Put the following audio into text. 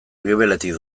gibeletik